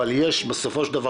אבל יש בסופו של דבר,